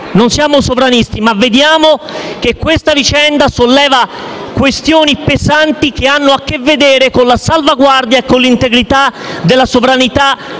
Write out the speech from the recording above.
non siamo sovranisti, ma vediamo che questa vicenda solleva questioni pesanti che hanno a che vedere con la salvaguardia e con l'integrità della sovranità